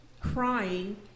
crying